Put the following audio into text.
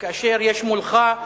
כאשר יש מולך,